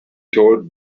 told